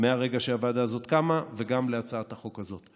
מהרגע שהוועדה הזאת קמה וגם בהצעת החוק הזאת.